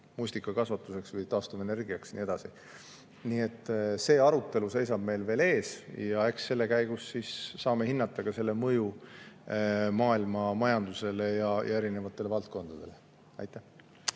mustikakasvatuseks või taastuvenergiaks ja nii edasi – see arutelu seisab meil veel ees ja eks selle käigus saame hinnata mõju maailmamajandusele ja erinevatele valdkondadele. Aitäh!